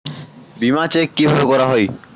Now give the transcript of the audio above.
বিমা চেক কিভাবে করা হয়?